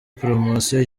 promosiyo